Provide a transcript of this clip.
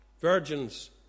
virgins